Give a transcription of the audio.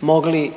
mogli